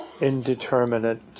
indeterminate